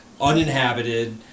uninhabited